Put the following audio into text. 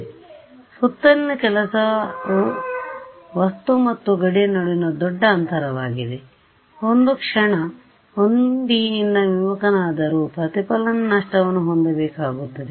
ಆದ್ದರಿಂದ ಸುತ್ತಲಿನ ಕೆಲಸವು ವಸ್ತು ಮತ್ತು ಗಡಿಯ ನಡುವಿನ ದೊಡ್ಡ ಅಂತರವಾಗಿದೆಒಂದು ಕ್ಷಣ 1D ಯಿಂದ ವಿಮುಖನಾದರೂ ಪ್ರತಿಫಲನ ನಷ್ಟವನ್ನು ಹೊಂದಬೇಕಾಗುತ್ತದೆ